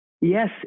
yes